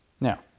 Now